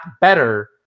better